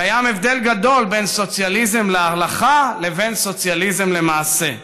קיים הבדל גדול בין סוציאליזם להלכה לבין סוציאליזם למעשה.